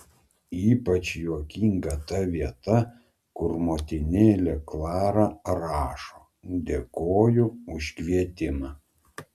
ypač juokinga ta vieta kur motinėlė klara rašo dėkoju už kvietimą